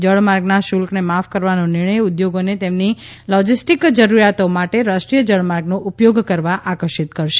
જળમાર્ગના શુલ્કને માફ કરવાનો નિર્ણય ઉદ્યોગોને તેમની લોજિસ્ટિક જરૂરિયાતો માટે રાષ્ટ્રીય જળમાર્ગનો ઉપયોગ કરવા આકર્ષિત કરશે